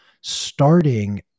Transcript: starting